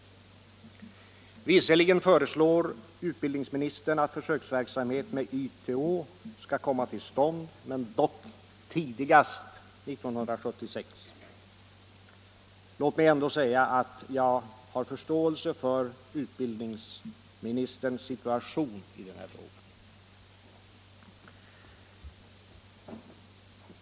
Visserligen föreslår utbildningsministern att försöksverksamhet med YTH skall komma till stånd, dock tidigast 1976. Låt mig ändå säga att jag har förståelse för utbildningsministerns situation i den här frågan.